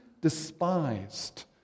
despised